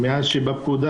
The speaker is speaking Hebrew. מאז שהיא בפקודה,